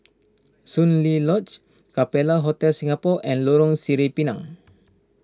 Soon Lee Lodge Capella Hotel Singapore and Lorong Sireh Pinang